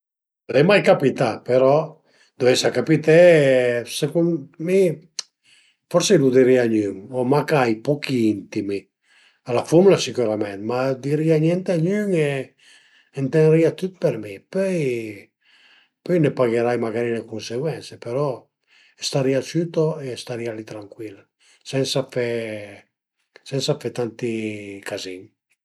Al e mai capità però dëveisa capité secund mi forsi lu dirìa a gnün o mach ai pochi intimi, a la fumna sicürament, ma a dirìa niente a gnün e m'tënrìa tüt për mi, pöi pöi ne pagherai magari le cunseguense però starìa ciüto e starìa li trancuil sensa fe sensa fe tanti cazin